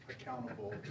accountable